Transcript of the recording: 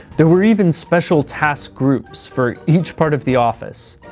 there were even special task groups for each part of the office.